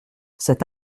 cet